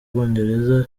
bwongereza